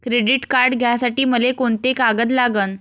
Credit card घ्यासाठी मले कोंते कागद लागन?